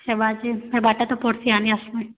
ହେବା ଯେ ହେ ବାଟେ ତ ପଡ଼୍ସି ଆନି ଆସ୍ମି